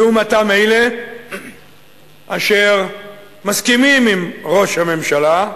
לעומתם, אלה אשר מסכימים עם ראש הממשלה,